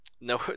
no